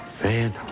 Man